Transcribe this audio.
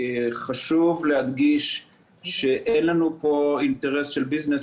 חשוב להדגיש שאין לנו פה אינטרס של ביזנס,